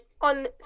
on